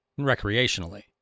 recreationally